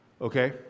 okay